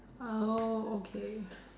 ah oh okay